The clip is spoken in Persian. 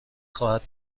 خواهد